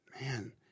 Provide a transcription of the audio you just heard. Man